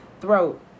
throat